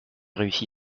réussi